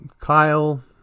Kyle